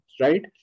right